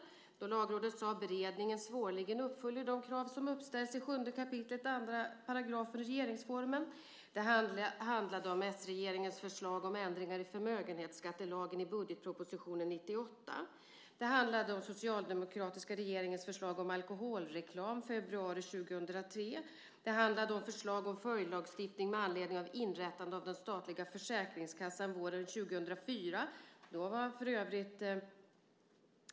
Då sade Lagrådet att beredningen svårligen uppfyller de krav som uppställs i 7 kap. 2 § i regeringsformen. Det hände med s-regeringens förslag om ändringar i förmögenhetsskattelagen i budgetpropositionen 1998. Det hände med den socialdemokratiska regeringens förslag om alkoholreklam i februari 2003. Det hände med förslag om följdlagstiftning med anledning av inrättande av den statliga försäkringskassan våren 2004.